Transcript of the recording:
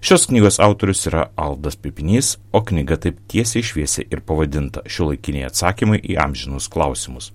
šios knygos autorius yra aldas pipinys o knyga taip tiesiai šviesiai ir pavadinta šiuolaikiniai atsakymai į amžinus klausimus